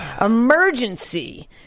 emergency